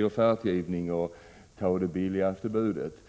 offertgivning och antagande av det billigaste budet.